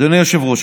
אדוני היושב-ראש,